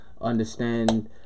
Understand